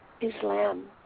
Islam